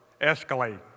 escalate